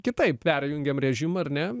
kitaip perjungiam režimą ar ne